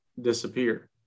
disappear